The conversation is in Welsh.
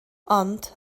ond